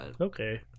Okay